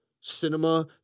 cinema